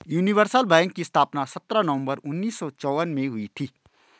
universal bank की स्थापना सत्रह नवंबर उन्नीस सौ चौवन में हुई थी